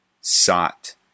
sought